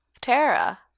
Tara